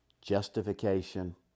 justification